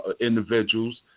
individuals